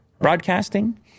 broadcasting